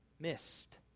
missed